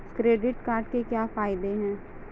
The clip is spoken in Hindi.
क्रेडिट कार्ड के क्या फायदे हैं?